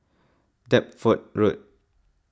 Deptford Road